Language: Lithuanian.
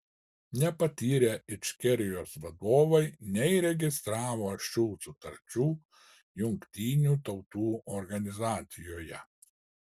nepatyrę ičkerijos vadovai neįregistravo šių sutarčių jungtinių tautų organizacijoje